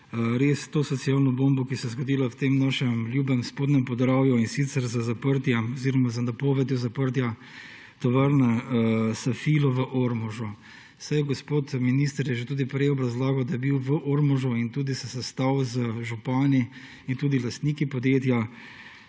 to socialno bombo, ki se je zgodila v tem našem ljubem Spodnjem Podravju, in sicer z zaprtjem oziroma z napovedo zaprtja tovarne Safilo v Ormožu. Saj gospod minister je tudi že prej razlagal, da je bil v Ormožu in se tudi sestal z župani in tudi lastniki podjetja.